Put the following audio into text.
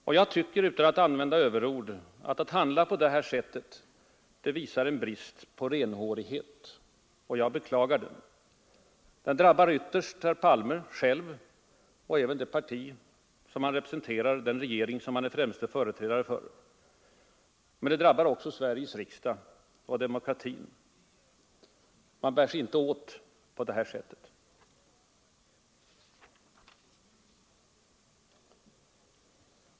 Att man handlar på det här sättet tycker jag, utan att använda överord, visar en brist på renhårighet, och jag beklagar det. Det drabbar ytterst herr Palme själv och det parti som han representerar och den regering som han är den främste företrädaren för. Men det drabbar också Sveriges riksdag och demokrati. Man bär sig inte åt på det här sättet. Herr talman!